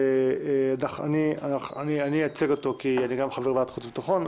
אני אייצג אותו כחבר בוועדת חוץ וביטחון.